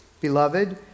Beloved